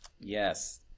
Yes